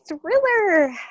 thriller